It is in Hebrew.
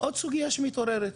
עוד סוגייה שמתעוררת,